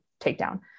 takedown